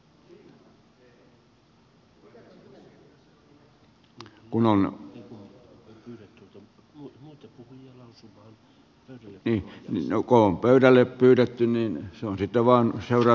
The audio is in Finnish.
no kun on pöydälle pyydetty niin ei voida mitään